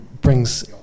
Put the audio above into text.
brings